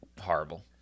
Horrible